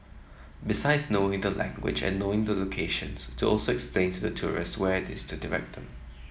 besides knowing the language and knowing the locations to also explains to the tourists where it's to direct them